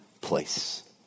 place